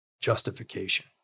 justification